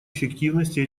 эффективности